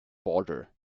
border